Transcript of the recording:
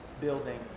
building